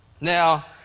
Now